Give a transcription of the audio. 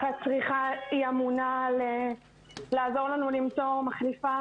שהמפקחת אמונה לעזור לנו למצוא מחליפה.